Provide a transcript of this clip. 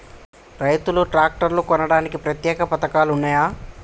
రైతులు ట్రాక్టర్లు కొనడానికి ప్రత్యేక పథకాలు ఉన్నయా?